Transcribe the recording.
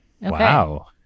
Wow